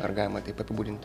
ar galima taip apibūdint